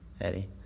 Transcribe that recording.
Eddie